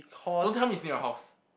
don't tell me it's near your house